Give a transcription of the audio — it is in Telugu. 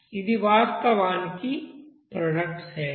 ఇది వాస్తవానికి ప్రోడక్ట్ సైడ్